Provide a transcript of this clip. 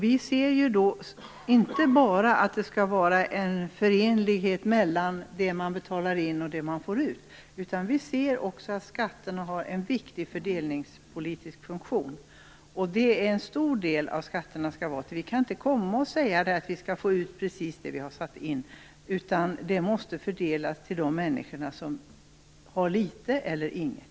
Vi anser inte bara att det skall vara en förenlighet mellan det man betalar in och det man får ut, utan vi anser också att skatterna har en viktig fördelningspolitisk funktion. En stor del av skatterna skall användas till det. Vi kan inte komma och säga att vi skall få ut precis det vi har satt in. Pengarna måste fördelas till de människor som har litet eller inget.